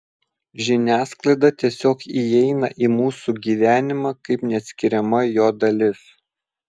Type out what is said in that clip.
žiniasklaida tiesiog įeina į mūsų gyvenimą kaip neatskiriama jo dalis